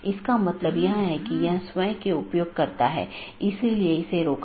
जैसा कि हमने पहले उल्लेख किया है कि विभिन्न प्रकार के BGP पैकेट हैं